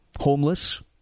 Homeless